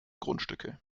grundstücke